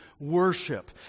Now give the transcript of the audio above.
worship